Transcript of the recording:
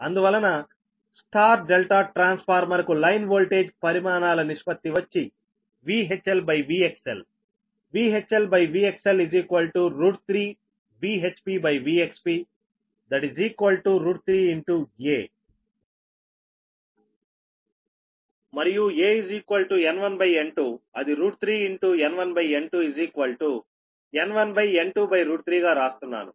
అందువలన Y ∆ transformer కు line voltage పరిమాణాల నిష్పత్తి వచ్చి VHLVXL VHLVXL 3 VHPVXP 3 a మరియు a N1N2అది 3 N1N2N1N23గా రాస్తున్నాను